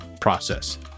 process